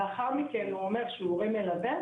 לאחר מכן הוא אומר שהוא הורה מלווה,